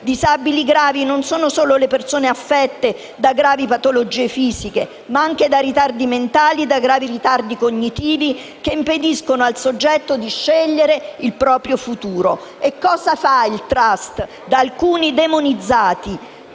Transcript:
Disabili gravi sono le persone affette non solo da gravi patologie fisiche, ma anche da ritardi mentali e da gravi ritardi cognitivi che gli impediscono di scegliere il proprio futuro. E cosa fa il *trust*, da alcuni demonizzato?